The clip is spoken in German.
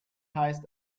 heißt